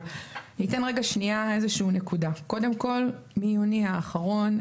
ניתן רגע נקודה: מיוני האחרון,